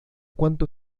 cuanto